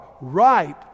ripe